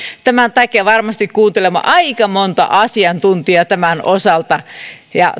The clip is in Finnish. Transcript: tämän takia varmasti kuuntelemme aika monta asiantuntijaa tämän osalta ja